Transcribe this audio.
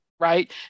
right